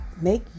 Make